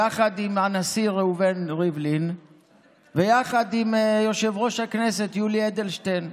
יחד עם הנשיא ראובן ריבלין ויחד עם יושב-ראש הכנסת יולי אדלשטיין,